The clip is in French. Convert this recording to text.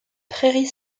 prairie